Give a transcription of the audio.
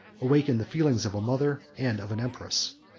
awakened the feelings of a mother and of an empress.